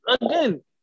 again